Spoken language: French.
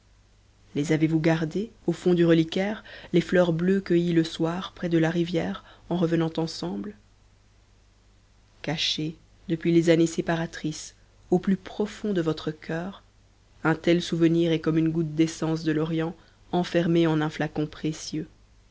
les avez-vous gardées au fond du reliquaire les fleurs bleues cueillies le soir près de la rivière en revenant ensemble caché depuis les années séparatrices au plus profond de votre cœur un tel souvenir est comme une goutte d'essence de l'orient enfermée en un flacon précieux